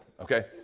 okay